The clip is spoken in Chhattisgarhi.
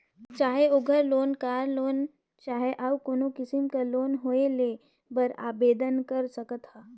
चाहे ओघर लोन, कार लोन चहे अउ कोनो किसिम कर लोन होए लेय बर आबेदन कर सकत ह